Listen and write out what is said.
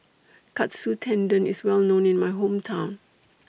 Katsu Tendon IS Well known in My Hometown